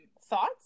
thoughts